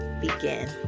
begin